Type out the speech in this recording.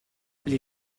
les